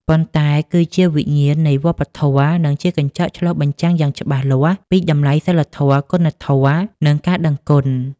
ប៉ុន្តែវាគឺជាវិញ្ញាណនៃវប្បធម៌ និងជាកញ្ចក់ឆ្លុះបញ្ចាំងយ៉ាងច្បាស់លាស់ពីតម្លៃនៃសីលធម៌ គុណធម៌ និងការដឹងគុណ។